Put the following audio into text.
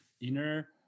inner